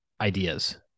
ideas